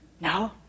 No